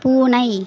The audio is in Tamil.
பூனை